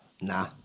Nah